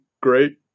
great